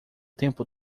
tempo